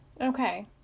Okay